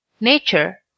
Nature